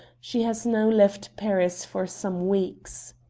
she has now left paris for some weeks.